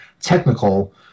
technical